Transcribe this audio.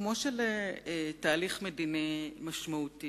שכמו שלתהליך מדיני משמעותי